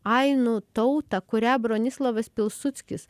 ainų tautą kurią bronislavas pilsudskis